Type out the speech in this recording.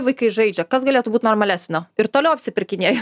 vaikai žaidžia kas galėtų būt normalesnio ir toliau apsipirkinėju